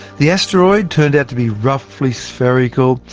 the asteroid turned out to be roughly spherical,